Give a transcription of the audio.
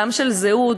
גם של זהות,